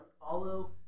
follow